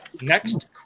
Next